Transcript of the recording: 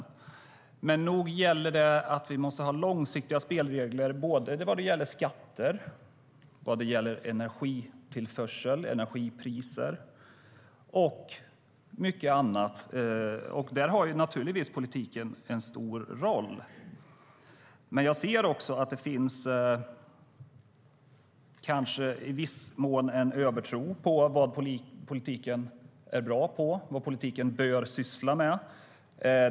Men nog gäller det att vi måste ha långsiktiga spelregler när det gäller skatter, energitillförsel, energipriser och mycket annat. Där har politiken naturligtvis en stor roll. Men jag ser också att det i viss mån kanske finns en övertro på vad politiken är bra på och vad politiken bör syssla med.